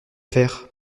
faire